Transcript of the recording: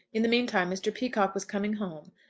in the mean time mr. peacocke was coming home.